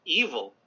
evil